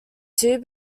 two